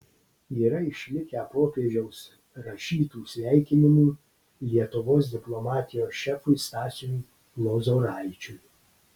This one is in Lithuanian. yra išlikę popiežiaus rašytų sveikinimų lietuvos diplomatijos šefui stasiui lozoraičiui